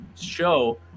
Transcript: show